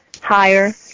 higher